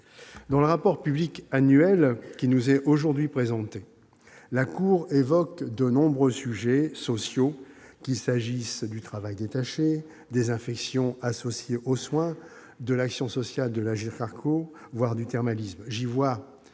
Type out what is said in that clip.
Dans le rapport public annuel qui nous est aujourd'hui présenté, la Cour des comptes évoque de nombreux sujets sociaux, qu'il s'agisse du travail détaché, des infections associées aux soins, de l'action sociale de l'Agirc-Arrco, voire du thermalisme ... J'y vois